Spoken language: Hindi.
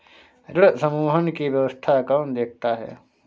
ऋण समूहन की व्यवस्था कौन देखता है?